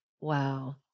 Wow